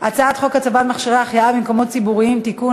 הצעת חוק הצבת מכשירי החייאה במקומות ציבוריים (תיקון),